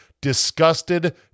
disgusted